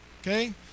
okay